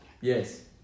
Yes